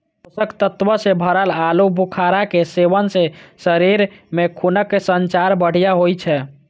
पोषक तत्व सं भरल आलू बुखारा के सेवन सं शरीर मे खूनक संचार बढ़िया होइ छै